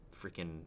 freaking